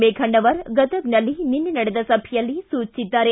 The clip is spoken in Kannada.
ಮೇಘಣ್ಣವರ ಗದಗ್ನಲ್ಲಿ ನಿನ್ನೆ ನಡೆದ ಸಭೆಯಲ್ಲಿ ಸೂಚಿಸಿದ್ದಾರೆ